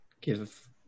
Give